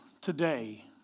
today